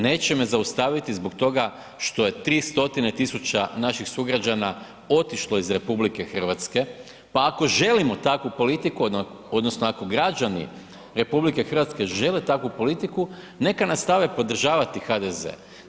Neće me zaustaviti zbog toga što je 3 stotine tisuća naših sugrađana otišlo iz RH pa ako želimo takvu politiku, odnosno, ako građani RH žele takvu politiku neka nastave podržavati HDZ. podržavati HDZ.